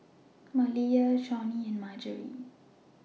Maliyah Shawnee and Margery